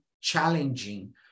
challenging